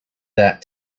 that